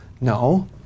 No